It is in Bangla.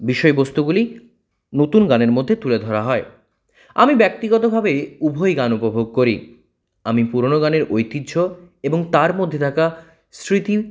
বিষয়বস্তুগুলি নতুন গানের মধ্যে তুলে ধরা হয় আমি ব্যক্তিগতভাবে উভয় গান উপভোগ করি আমি পুরোনো গানের ঐতিহ্য এবং তার মধ্যে থাকা স্মৃতি